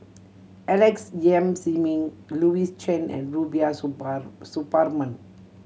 Alex Yam Ziming Louis Chen and Rubiah Suparman